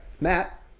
Matt